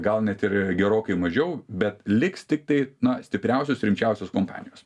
gal net ir gerokai mažiau bet liks tiktai na stipriausios rimčiausios kompanijos